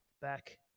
back